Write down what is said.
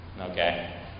Okay